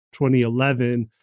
2011